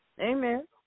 Amen